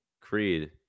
Creed